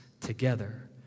together